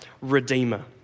redeemer